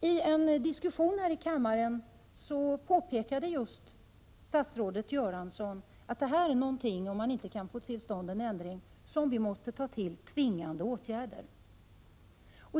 I en diskussion här i kammaren påpekade statsrådet Göransson att vi måste ta till tvingande åtgärder, om man inte kan få till stånd en ändring på annat sätt.